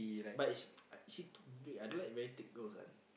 but is ah she too big I don't like very thick girls one